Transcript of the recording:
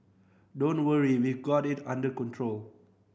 don't worry we've got it under control